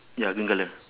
ya green colour